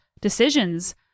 decisions